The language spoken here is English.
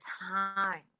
time